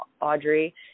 Audrey